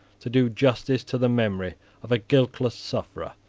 to do justice to the memory of a guiltless sufferer,